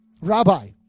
Rabbi